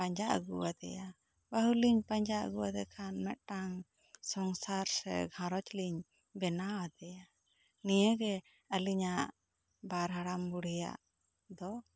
ᱯᱟᱸᱡᱟ ᱟᱹᱜᱩ ᱟᱫᱮᱭᱟ ᱵᱟᱹᱦᱩ ᱞᱤᱧ ᱯᱟᱸᱡᱟ ᱟᱹᱜᱩᱭᱟᱫᱮ ᱠᱷᱟᱱ ᱢᱤᱫᱴᱟᱹᱝ ᱥᱚᱝᱥᱟᱨ ᱥᱮ ᱜᱷᱟᱨᱚᱸᱡᱽ ᱞᱤᱧ ᱵᱮᱱᱟᱣ ᱟᱫᱮᱭᱟ ᱱᱤᱭᱟᱹ ᱜᱮ ᱟᱞᱤᱧᱟᱜ ᱵᱟᱨ ᱦᱟᱲᱟᱢ ᱵᱩᱲᱦᱤᱭᱟᱜ ᱫᱚ